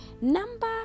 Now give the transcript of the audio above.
Number